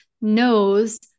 knows